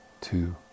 two